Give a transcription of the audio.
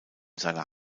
seiner